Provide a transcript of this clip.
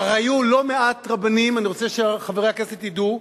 היו לא מעט רבנים, אני רוצה שחברי הכנסת ידעו,